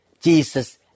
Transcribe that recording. Jesus